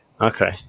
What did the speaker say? Okay